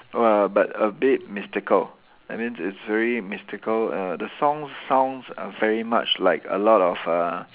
!wah! but a bit mystical that means it's very mystical err the song sounds very much like a lot of uh